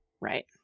right